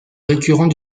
récurrent